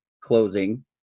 closing